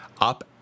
up